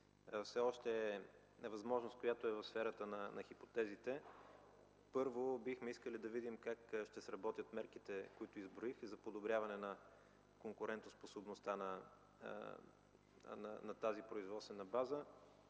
все още е възможност, която е в сферата на хипотезите. Първо, бихме искали да видим как ще сработят мерките, които изброихте, за подобряване на конкурентоспособността на тази производствена база.